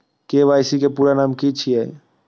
KYC के पूरा नाम की छिय?